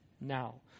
now